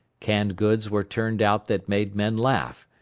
canned goods were turned out that made men laugh,